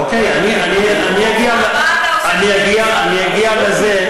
אוקיי, אני אגיע לזה.